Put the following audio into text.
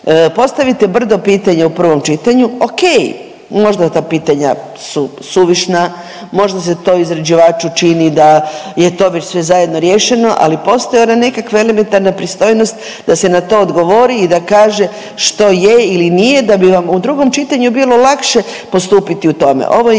postavite brdo pitanja u prvom čitanju, okej, možda ta pitanja su suvišna, možda se to izrađivaču čini da je to već sve zajedno riješeno, ali postoji ona nekakva elementarna pristojnost da se na to odgovori i da kaže što je ili nije da bi vam u drugom čitanju bilo lakše postupiti u tome.